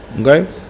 Okay